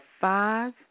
five